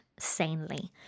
sanely